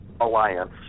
Alliance